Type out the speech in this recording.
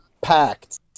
packed